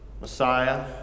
Messiah